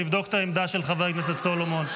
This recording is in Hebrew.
לבדוק את העמדה של חבר הכנסת סולומון,